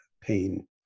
pain